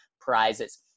prizes